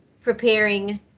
preparing